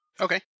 Okay